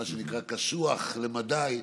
מה שנקרא, קשוח למדי,